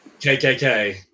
KKK